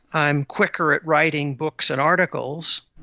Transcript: i'm quicker at writing books and articles.